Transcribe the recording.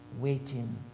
waiting